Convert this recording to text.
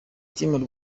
team